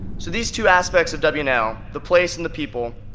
so these two aspects of w and l, the place and the people,